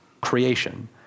creation